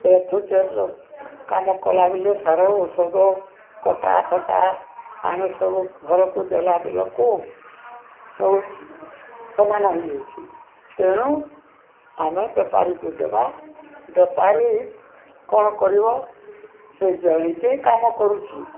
ଏ ଠୁ ଜେଡ଼୍ର କାମ କଲାବେଲେ ସାର ଔଷଧ କଟା ଫଟା ପାଣି ସବୁ ଘରକୁ ଦେଲା ବେଲକୁ ସବୁ ସମାନ ହେଇଯାଉଚି ତେଣୁ ଆମେ ବେପାରୀକୁ ଦେବା ବେପାରୀ କ'ଣ କରିବ ସେ ଯହିଁତି କାମ କରୁଛି